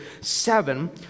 seven